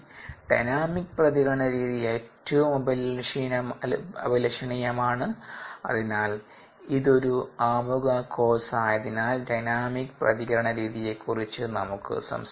dynamic പ്രതികരണ രീതി ഏറ്റവും അഭിലഷണീയം ആണ് അതിനാൽ ഇത് ഒരു ആമുഖ കോഴ്സ് ആയതിനാൽ ഡൈനാമിക് പ്രതികരണ രീതിയെക്കുറിച്ച് നമുക്ക് സംസാരിക്കാം